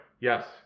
Yes